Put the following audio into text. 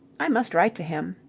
i must write to him.